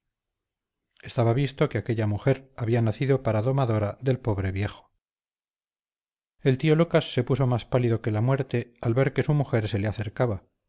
estaba visto que aquella mujer había nacido para domadora del pobre viejo el tío lucas se puso más pálido que la muerte al ver que su mujer se le acercaba